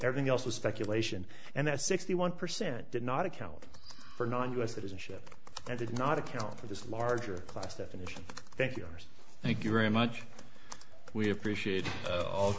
everything else was speculation and that sixty one percent did not account for not us citizenship and did not account for this larger class definition thank you ours thank you very much we appreciate